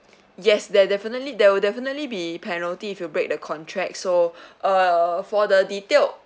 yes that definitely there will definitely be penalty if you break the contract so uh for the detailed